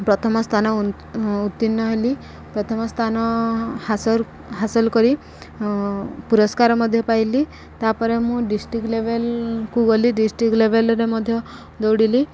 ପ୍ରଥମ ସ୍ଥାନ ଉତ୍ତୀର୍ଣ୍ଣ ହେଲି ପ୍ରଥମ ସ୍ଥାନ ହାସଲ ହାସଲ କରି ପୁରସ୍କାର ମଧ୍ୟ ପାଇଲି ତା'ପରେ ମୁଁ ଡିଷ୍ଟ୍ରିକ୍ଟ ଲେଭେଲ୍କୁ ଗଲି ଡିଷ୍ଟ୍ରିକ୍ଟ ଲେଭେଲ୍ରେ ମଧ୍ୟ ଦୌଡ଼ିଲି